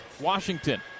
Washington